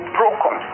broken